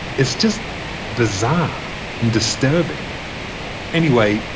it's just bizarre and disturbing anyway,